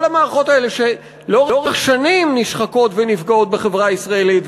כל המערכות האלה שלאורך שנים נשחקות ונפגעות בחברה הישראלית,